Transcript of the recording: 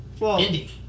indie